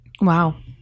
Wow